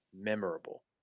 memorable